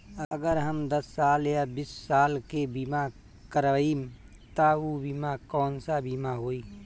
अगर हम दस साल या बिस साल के बिमा करबइम त ऊ बिमा कौन सा बिमा होई?